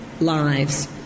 lives